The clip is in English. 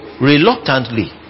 reluctantly